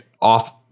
off